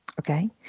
Okay